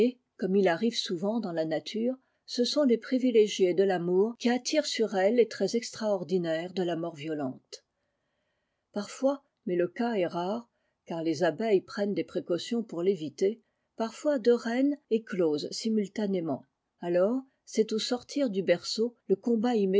conime il arrive souvent dans la nature ce sont les privilégiées de l'amour qui attirent sur elles les traits extraordinaires de la mort violente parfois mais le cas est rare car les abeilles prennent des précautions pour l'éviter parfois deux reines éclosent simultanément alors c'est au sortir du berceau le combat